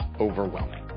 overwhelming